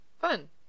Fun